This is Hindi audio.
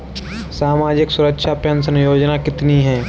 सामाजिक सुरक्षा पेंशन योजना कितनी हैं?